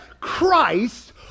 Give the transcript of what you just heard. Christ